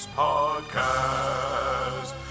podcast